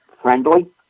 friendly